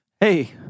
Hey